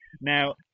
Now